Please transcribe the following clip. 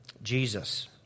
Jesus